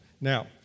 Now